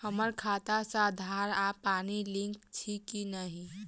हम्मर खाता सऽ आधार आ पानि लिंक अछि की नहि?